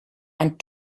and